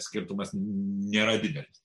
skirtumas nėra didelis